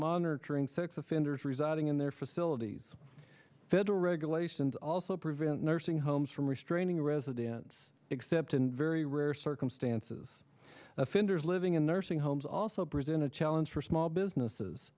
monitoring sex offenders residing in their facilities federal regulations also prevent nursing homes from restraining residue it's except in very rare circumstances offenders living in a nursing homes also presented a challenge for small businesses